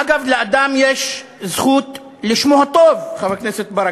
אגב, לאדם יש זכות לשמו הטוב, חבר הכנסת ברכה,